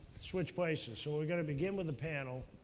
switch places. so we're going to begin with the panel.